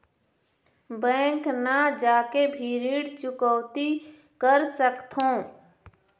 Bank न जाके भी ऋण चुकैती कर सकथों?